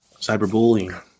cyberbullying